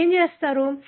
మీరు ఏమి చేస్తారు